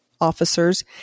officers